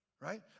Right